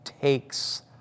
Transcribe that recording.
takes